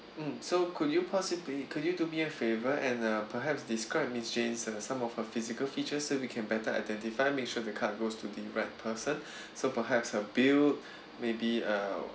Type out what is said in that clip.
mm so could you possibly could you do me a favor and uh perhaps describe miss jane uh some of her physical features so we can better identify make sure the card goes to the right person so perhaps her build maybe uh